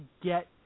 get